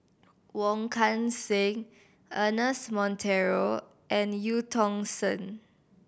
Wong Kan Seng Ernest Monteiro and Eu Tong Sen